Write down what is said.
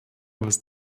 was